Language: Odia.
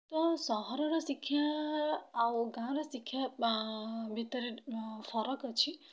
ତ ସହରର ଶିକ୍ଷା ଆଉ ଗାଁ'ର ଶିକ୍ଷା ଭିତରେ ଫରକ୍ ଅଛି